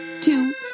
Two